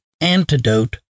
antidote